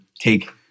take